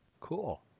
Cool